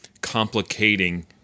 complicating